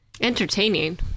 Entertaining